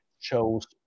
chose